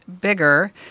bigger